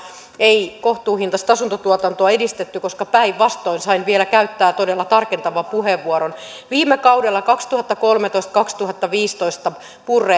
ei kohtuuhintaista asuntotuotantoa edistetty niin koska oli päinvastoin sain vielä käyttää todella tarkentavan puheenvuoron viime kaudella kaksituhattakolmetoista viiva kaksituhattaviisitoista